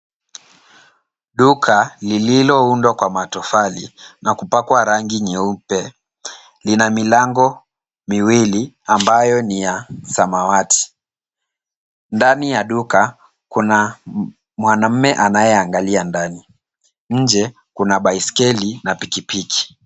Duka lililoundwa kwa matofali na kupakwa rangi nyeupe lina milango miwili ambayo ni ya samawati. Ndani ya duka kuna mwanaume anayeangalia ndani. Nje kuna baiskeli na pikipiki.